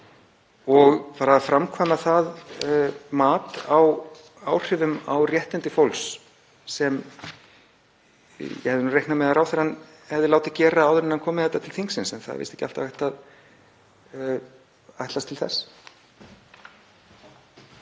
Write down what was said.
við þeim. Og framkvæma það mat á áhrifum á réttindi fólks, sem ég hefði nú reiknað með að ráðherrann hefði látið gera áður en hann kom með þetta til þingsins. En það er víst ekki alltaf hægt að ætlast til þess.